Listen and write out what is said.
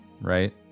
right